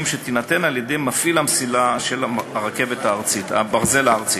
שתינתן על-ידי מפעיל מסילת הברזל הארצית.